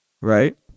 Right